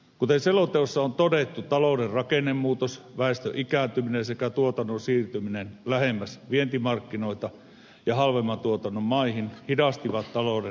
kuten selonteossa on todettu talouden rakennemuutos väestön ikääntyminen sekä tuotannon siirtyminen lähemmäs vientimarkkinoita ja halvemman tuotannon maihin hidastivat talouden kasvun mahdollisuuksia